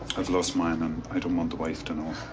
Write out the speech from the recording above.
i've lost mine, and i don't want the wife to know. oh.